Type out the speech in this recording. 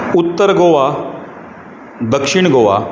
उत्तर गोवा दक्षीण गोवा